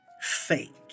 Fake